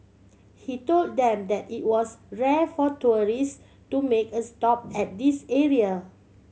he told them that it was rare for tourist to make a stop at this area